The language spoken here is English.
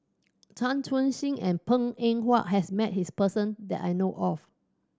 Chan Chun Sing and Png Eng Huat has met this person that I know of